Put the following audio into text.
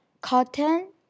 cotton